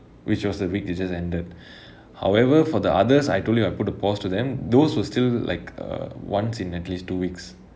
which was the week which just ended however for the others I told you I put a pause to them those were still like err once in at least two weeks